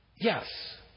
Yes